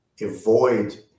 avoid